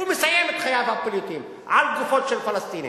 הוא מסיים את חייו הפוליטיים על גופות של פלסטינים.